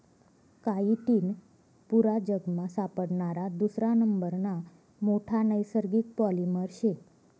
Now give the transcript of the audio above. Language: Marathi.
काइटीन पुरा जगमा सापडणारा दुसरा नंबरना मोठा नैसर्गिक पॉलिमर शे